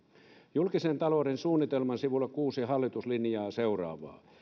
julkisen talouden suunnitelman sivulla kuusi hallitus linjaa seuraavaa